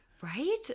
right